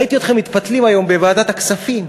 ראיתי אתכם מתפתלים היום בוועדת הכספים,